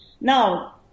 Now